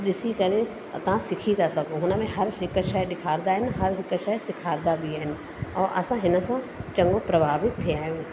ॾिसी करे असां सिखी था सघो हुन में हर हिकु शइ ॾेखारंदा आहिनि हर हिकु शइ सेखारंदा बि आहिनि ऐं असां हिन सां चङो प्रभावित थिया आहियूं